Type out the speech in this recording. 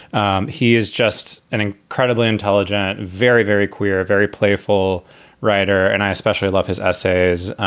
um he is just an incredibly intelligent, very, very queer, very playful writer. and i especially love his essays.